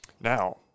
Now